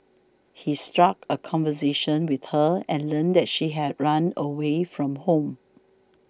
he struck a conversation with her and learned that she had run away from home